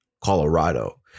colorado